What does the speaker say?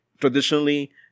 traditionally